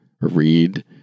read